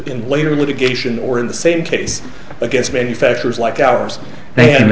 in later litigation or in the same case against manufacturers like ours the